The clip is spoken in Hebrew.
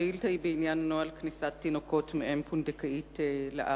השאילתא היא בעניין נוהל כניסת תינוקות מאם פונדקאית לארץ.